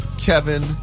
Kevin